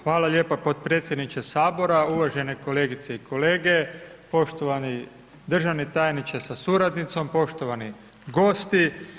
Hvala lijepa potpredsjedniče Sabora, uvažene kolegice i kolege, poštovani državni tajniče sa suradnicom, poštovani gosti.